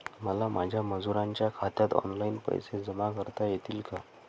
मला माझ्या मजुरांच्या खात्यात ऑनलाइन पैसे जमा करता येतील का?